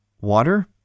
water